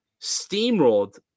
steamrolled